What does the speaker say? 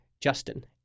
Justin